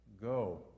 Go